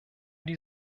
die